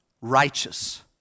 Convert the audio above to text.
righteous